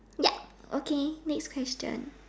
ya okay next question